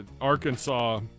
Arkansas